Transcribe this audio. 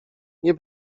nie